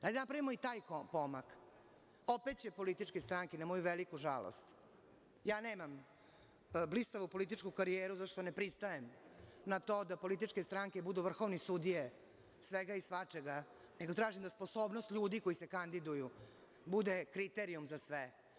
Hajde da napravimo i taj pomak, opet će političke stranke na moju veliku žalost, ja nemam blistavu političku karijeru, zato što ne pristajem na to da političke stranke budu vrhovne sudije svega i svačega, nego tražim da sposobnost ljudi koji se kandiduju bude kriterijum za sve.